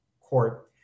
court